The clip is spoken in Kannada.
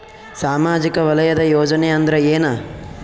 ಸಾಮಾಜಿಕ ವಲಯದ ಯೋಜನೆ ಅಂದ್ರ ಏನ?